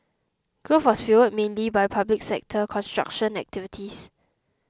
growth was fuelled mainly by public sector construction activities